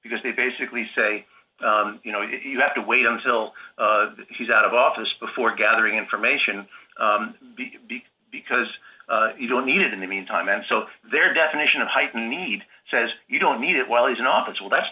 because they basically say you know you have to wait until he's out of office before gathering information be because you don't need it in the meantime and so their definition of heightened need says you don't need it while he's in office well that's